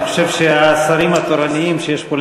אני חושב שהשרים התורנים שיש פה,